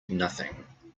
nothing